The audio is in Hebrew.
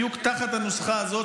בדיוק תחת הנוסחה הזאת,